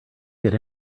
get